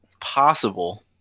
possible